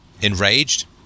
enraged